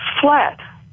flat